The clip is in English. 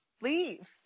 Leave